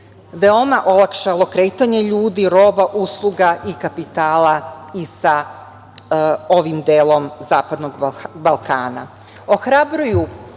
veoma olakšalo kretanje ljudi, roba, usluga i kapitala i sa ovim delom Zapadnog